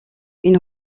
une